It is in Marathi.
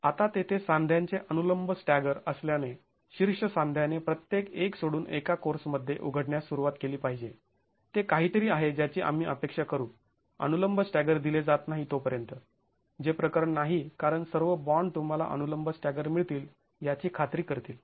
आता तेथे सांध्यांचे अनुलंब स्टॅगर असल्याने शीर्ष सांध्याने प्रत्येक एक सोडून एका कोर्समध्ये उघडण्यास सुरुवात केली पाहिजे ते काहीतरी आहे ज्याची आम्ही अपेक्षा करू अनुलंब स्टॅगर दिले जात नाही तोपर्यंत जे प्रकरण नाही कारण सर्व बॉंड तुम्हाला अनुलंब स्टॅगर मिळतील याची खात्री करतील